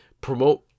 promote